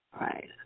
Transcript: Right